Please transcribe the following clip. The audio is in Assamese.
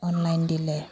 অনলাইন দিলে